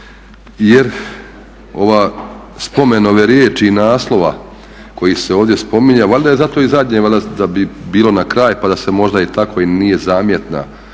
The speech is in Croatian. Jer spomen ove riječi naslova koji se ovdje spominje, valjda je zato i zadnje, valjda da bi bilo na kraju pa da možda i tako nije zamjetna